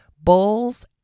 bowls